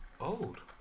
old